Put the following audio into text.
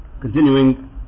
Continuing